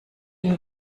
ihm